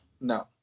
No